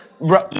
bro